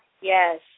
Yes